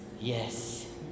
Yes